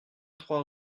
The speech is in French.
trois